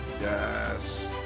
Yes